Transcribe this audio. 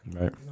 Right